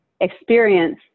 experience